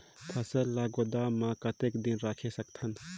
फसल ला गोदाम मां कतेक दिन रखे सकथन?